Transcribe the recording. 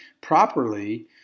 properly